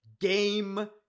Game